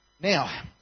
Now